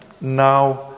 Now